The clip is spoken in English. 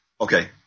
Okay